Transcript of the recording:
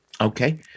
Okay